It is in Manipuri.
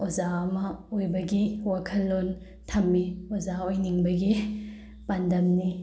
ꯑꯣꯖꯥ ꯑꯃ ꯑꯣꯏꯕꯒꯤ ꯋꯥꯈꯜꯂꯣꯟ ꯊꯝꯃꯤ ꯑꯣꯖꯥ ꯑꯣꯏꯅꯤꯡꯕꯒꯤ ꯄꯥꯟꯗꯝꯅꯤ